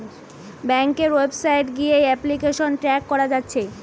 ব্যাংকের ওয়েবসাইট গিয়ে application track কোরা যাচ্ছে